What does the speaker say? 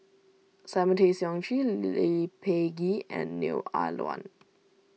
Simon Tay Seong Chee Lee Peh Gee and Neo Ah Luan